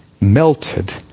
Melted